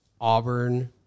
Auburn